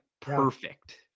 perfect